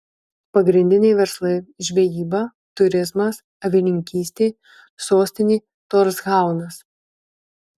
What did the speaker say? pagrindiniai verslai žvejyba turizmas avininkystė sostinė torshaunas